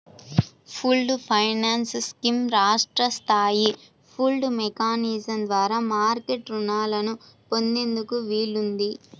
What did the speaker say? pooled finance scheme రాష్ట్ర స్థాయి pooled mechanism ద్వారా మార్కెట్ రుణాలను పొందేందుకు వీలుంది